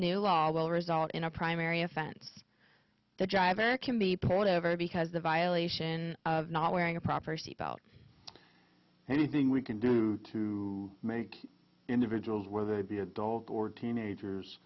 new law will result in a primary offense the driver can be pulled over because the violation of not wearing a proper seatbelt anything we can do to make individuals whether they be adults or teenagers